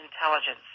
intelligence